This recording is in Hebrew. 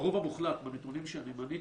ברוב המוחלט, בנתונים שאני מניתי,